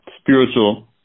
spiritual